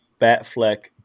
Batfleck